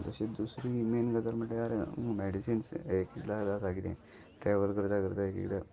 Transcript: तशी दुसरी मेन गजाल म्हटल्यार मेडिसिन्स एक एकदां आसा कितें ट्रॅवल करता करता एक एकदां